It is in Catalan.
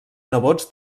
nebots